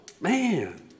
Man